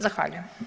Zahvaljujem.